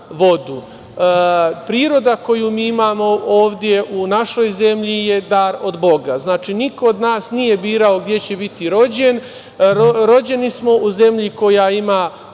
vodu. Priroda koju mi imamo ovde u našoj zemlji je dar od Boga. Znači, niko od nas nije birao gde će biti rođen, rođeni smo u zemlji koja ima